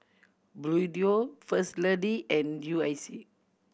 Bluedio First Lady and U I C